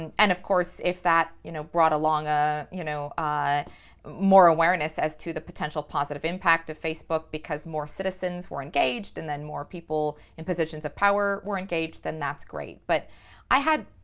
and and of course, if that you know brought along ah you know ah more awareness as to the potential positive impact of facebook because more citizens were engaged and then more people in positions of power were engaged, then that's great. but i had,